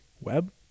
web